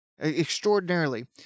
Extraordinarily